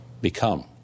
become